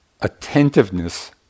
attentiveness